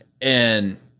and-